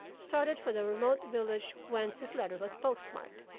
started for the remote village whence his letter was postmarked.